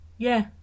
Yeah